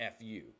FU